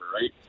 right